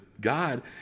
God